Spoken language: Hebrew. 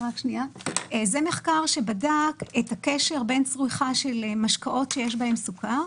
זה מחקר שבדק את הקשר בין צריכה של משקאות שיש בהם סוכר